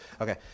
Okay